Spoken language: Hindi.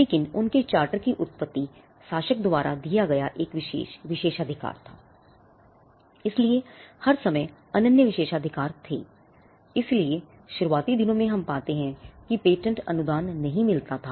लेकिन उनके चार्टर अनुदान नहीं मिलता था